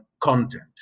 content